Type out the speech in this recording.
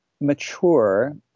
mature